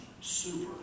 super